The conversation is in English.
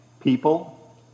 people